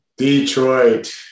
Detroit